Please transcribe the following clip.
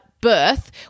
Birth